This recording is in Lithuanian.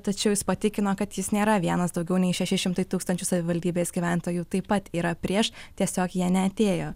tačiau jis patikino kad jis nėra vienas daugiau nei šeši šimtai tūkstančių savivaldybės gyventojų taip pat yra prieš tiesiog jie neatėjo